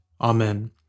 Amen